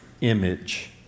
image